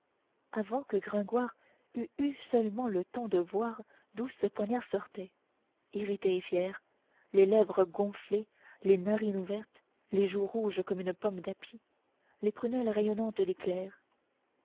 avant que gringoire eût eu seulement le temps de voir d'où ce poignard sortait irritée et fière les lèvres gonflées les narines ouvertes les joues rouges comme une pomme d'api les prunelles rayonnantes